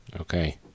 Okay